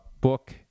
book